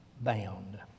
bound